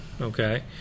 okay